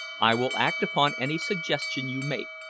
i will act upon any suggestion you make.